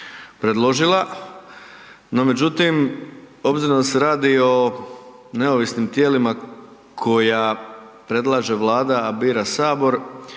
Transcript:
predložila no međutim obzirom da se o neovisnim tijelima koja predlaže Vlada, a bira Sabor,